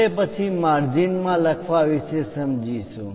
હવે પછી માર્જિન હાંસિયો મા લખવા વિશે સમજીશું